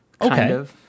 Okay